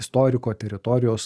istoriko teritorijos